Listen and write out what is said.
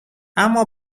اما